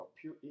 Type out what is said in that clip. pure